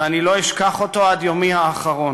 ואני לא אשכח אותו עד יומי האחרון.